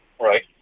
right